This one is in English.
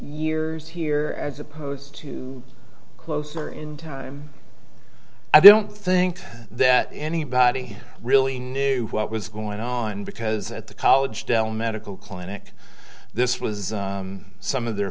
years here as opposed to closer in time i don't think that anybody really knew what was going on because at the college dell medical clinic this was some of their